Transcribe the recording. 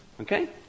Okay